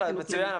מצוין.